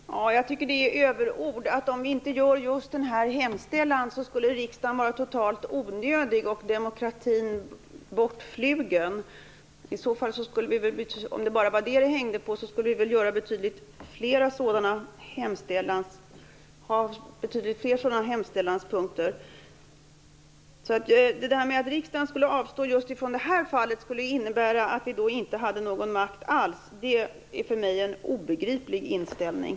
Herr talman! Jag tycker att det är överord att om vi inte gör just den här hemställan skulle riksdagen vara totalt onödig och demokratin bortflugen. Om det bara var det det hängde på skulle vi väl ha betydligt fler sådana hemställanspunkter. Att alternativet att riksdagen skulle avstå från just det här fallet skulle innebära att den inte hade någon makt alls är för mig en obegriplig inställning.